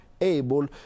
able